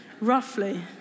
Roughly